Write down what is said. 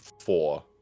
four